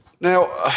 Now